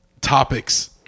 topics